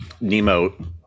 Nemo